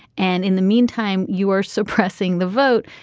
and in the meantime you are suppressing the vote.